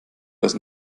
das